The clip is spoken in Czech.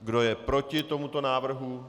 Kdo je proti tomuto návrhu?